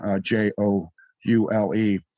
J-O-U-L-E